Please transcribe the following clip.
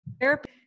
therapy